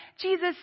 Jesus